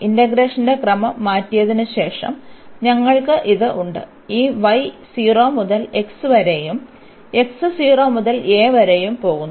ഇന്റഗ്രേഷന്റെ ക്രമം മാറ്റിയതിന് ശേഷം ഞങ്ങൾക്ക് ഇത് ഉണ്ട് ഈ y 0 മുതൽ x വരെയും x 0 മുതൽ a വരെയും പോകുന്നു